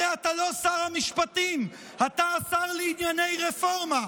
הרי אתה לא שר המשפטים, אתה השר לענייני רפורמה.